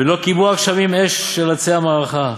ולא כיבו הגשמים אש עצי המערכה,